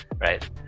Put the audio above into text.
right